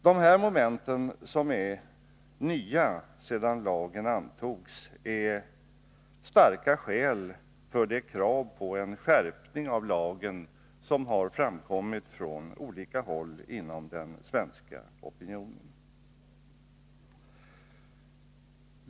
Dessa moment, som är nya sedan lagen antogs, är starka skäl för de krav på en skärpning av lagen som har framkommit på olika håll inom den svenska opinionen.